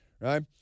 right